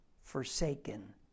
forsaken